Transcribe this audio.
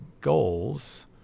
goals